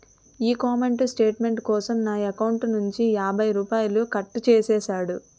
ఈ comment statement కోసం నా ఎకౌంటు నుంచి యాభై రూపాయలు కట్టు చేసేసాడు